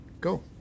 Go